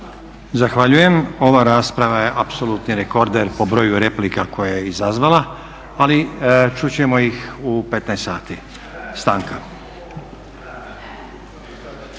Zahvaljujem. Ova rasprava je apsolutni rekorder po broju replika koje je izazvala, ali čut ćemo ih u 15 sati. Stanka.